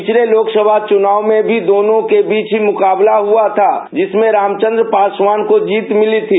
पिछले लोकसभा चुनाव में भी दोनों के बीच ही मुख्य मुकाबला हुआ था जिसमें रामचंद्र पासवान को जीत मिली थी